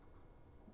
ya